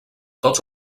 tots